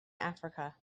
africa